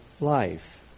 life